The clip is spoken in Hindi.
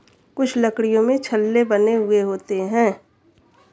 कुछ लकड़ियों में छल्ले बने हुए होते हैं